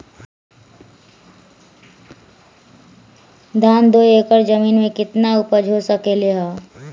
धान दो एकर जमीन में कितना उपज हो सकलेय ह?